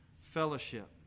fellowship